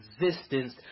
existence